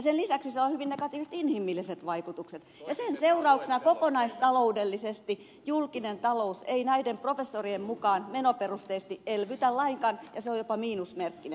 sen lisäksi sillä on hyvin negatiiviset inhimilliset vaikutukset ja sen seurauksena kokonaistaloudellisesti julkinen talous ei näiden professorien mukaan menoperusteisesti elvytä lainkaan se on jopa miinusmerkkinen